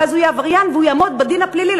ואז הם יהיו עבריינים והם יועמדו לדין פלילי,